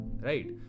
Right